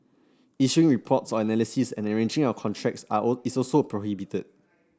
issuing reports or analysis and arranging or contracts is also prohibited